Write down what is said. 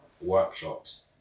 workshops